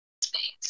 Space